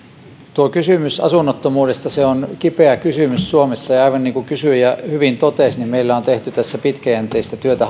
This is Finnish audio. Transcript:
kysymys asunnottomuudesta on kipeä kysymys suomessa ja aivan niin kuin kysyjä hyvin totesi meillä hallitus toisensa jälkeen on tehnyt tässä pitkäjänteistä työtä